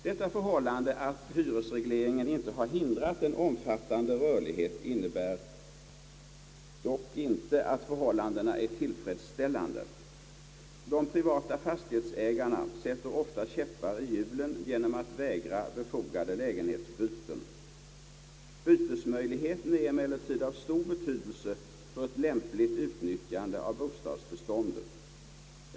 Detta förhållande att hyresregleringen inte har hindrat en omfattande rörlighet innebär dock inte att förhållandena är tillfredsställande. De privata fastighetsägarna sätter ofta käppar i hjulen genom att vägra befogade lägenhetsbyten. — Bytesmöjligheten — är emellertid av stor betydelse för ett lämpligt utnyttjande av bostadsbeståndet.